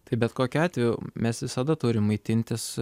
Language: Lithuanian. tai bet kokiu atveju mes visada turim maitintis